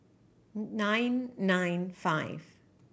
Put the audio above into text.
nine nine five